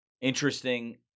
interesting